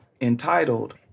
entitled